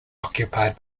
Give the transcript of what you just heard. occupied